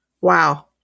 Wow